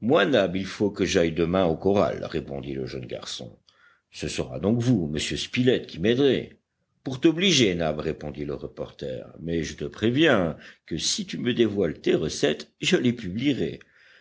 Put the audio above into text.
moi nab il faut que j'aille demain au corral répondit le jeune garçon ce sera donc vous monsieur spilett qui m'aiderez pour t'obliger nab répondit le reporter mais je te préviens que si tu me dévoiles tes recettes je les publierai